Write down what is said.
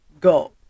go